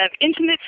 intimate